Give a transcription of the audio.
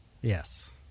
Yes